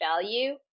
value